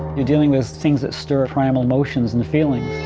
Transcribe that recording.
you're dealing with things that stir primal emotions and feelings.